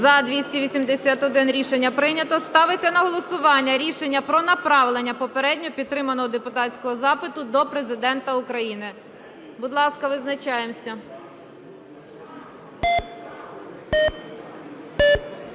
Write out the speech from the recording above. За-281 Рішення прийнято. Ставиться на голосування рішення про направлення попередньо підтриманого депутатського запиту до Президента України. Будь ласка, визначаємось.